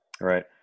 Right